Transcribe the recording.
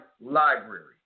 library